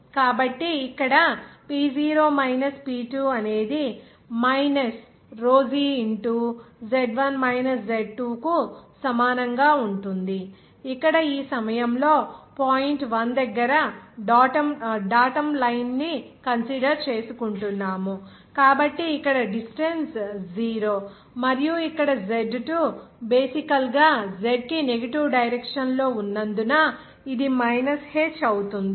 కాబట్టి ఇక్కడ P0 minus P2 అనేది minus rho g into Z1 minus Z2 కు సమానం గా ఉంటుంది ఇక్కడ ఈ సమయంలో పాయింట్ 1 దగ్గర డాటమ్ లైన్ కన్సిడర్ చేసుకుంటున్నాము కాబట్టి ఇక్కడ డిస్టెన్స్ 0 మరియు ఇక్కడ Z2 బేసికల్ గా Z కి నెగటివ్ డైరెక్షన్ లో ఉన్నందున ఇది మైనస్ h అవుతుంది